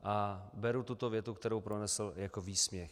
A beru tuto větu, kterou pronesl, jako výsměch.